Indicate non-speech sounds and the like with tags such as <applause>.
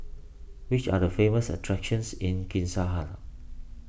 which are the famous attractions in <unintelligible>